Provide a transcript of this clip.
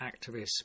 activists